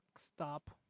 stop